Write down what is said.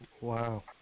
Wow